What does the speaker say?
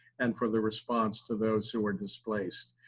and for the response to those who are displaced.